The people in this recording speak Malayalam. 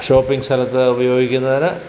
ഷോപ്പിങ്ങ് സ്ഥലത്ത് ഉപയോഗിക്കുന്നതിന്